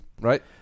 right